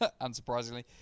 Unsurprisingly